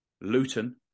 Luton